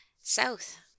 south